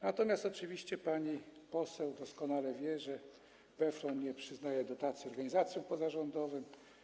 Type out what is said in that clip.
Natomiast oczywiście pani poseł doskonale wie, że PFRON nie przyznaje dotacji organizacjom pozarządowym.